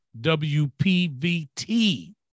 WPVT